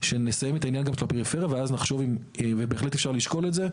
שנסיים את העניין גם של הפריפריה ואז נחשוב אם באמת אפשר לשקול את זה,